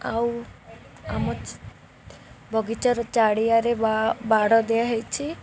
ଆଉ ଆମ ବଗିଚାର ଚାରିଆଡ଼େ ବା ବାଡ଼ ଦିଆହେଇଛି